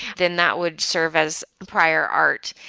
then that would serve as prior art.